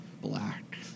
black